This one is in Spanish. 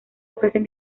ofrecen